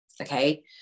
Okay